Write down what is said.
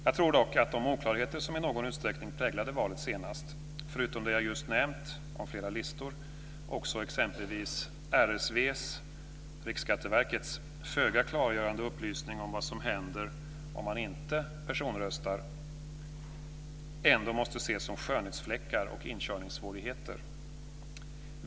Jag tror dock att de oklarheter som i någon utsträckning präglade valet senast - förutom det jag just nämnt om flera listor och även exempelvis Riksskatteverkets, RSV:s, föga klargörande upplysning om vad som händer om man inte personröstar - ändå måste ses som skönhetsfläckar och inkörningssvårigheter.